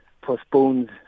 postpones